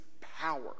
power